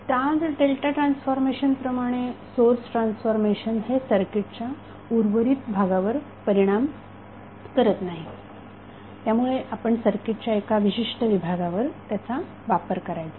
star delta transformation प्रमाणे source transformation हे सर्किटच्या उर्वरित भागावर परिणाम करत नाही त्यामुळे आपण सर्किटच्या एका विशिष्ट विभागावर त्याचा वापर करायचा